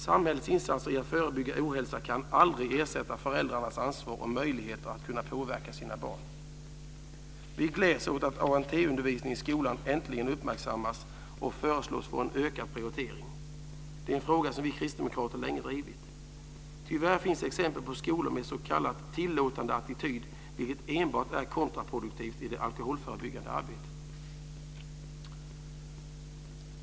Samhällets insatser för att förebygga ohälsa kan aldrig ersätta föräldrarnas ansvar och möjligheter att påverka sina barn. Vi gläds åt att ANT-undervisningen i skolan äntligen uppmärksammas och föreslås få en ökad prioritering. Det är en fråga som vi kristdemokrater länge drivit. Tyvärr finns exempel på skolor med s.k. tillåtande attityd, vilket enbart är kontraproduktivt i det alkoholförebyggande arbetet.